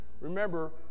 Remember